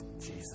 Jesus